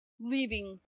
leaving